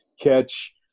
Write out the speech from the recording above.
catch